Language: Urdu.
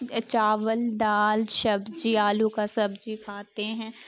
چاول دال شبجی آلو کا سبجی کھاتے ہیں